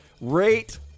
rate